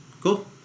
Cool